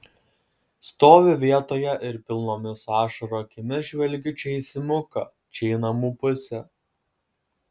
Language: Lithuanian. stoviu vietoje ir pilnomis ašarų akimis žvelgiu čia į simuką čia į namų pusę